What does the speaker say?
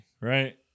right